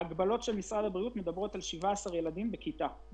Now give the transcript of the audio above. ההגבלות של משרד הבריאות מדברות על 17 ילדים בכיתה.